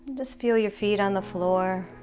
just feel your feet on the floor